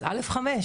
אז (א)(5),